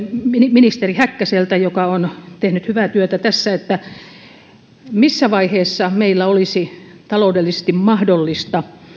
ministeri häkkäseltä joka on tehnyt hyvää työtä tässä missä vaiheessa meillä olisi taloudellisesti mahdollista